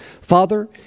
Father